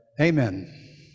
Amen